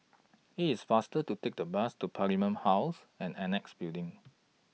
IT IS faster to Take The Bus to Parliament House and Annexe Building